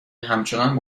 همچنان